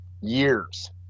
years